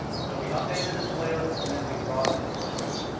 so we update the display list and then we draw the display list.